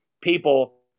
people